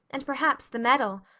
and perhaps the medal!